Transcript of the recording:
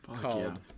Called